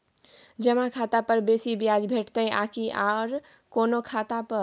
जमा खाता पर बेसी ब्याज भेटितै आकि आर कोनो खाता पर?